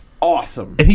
Awesome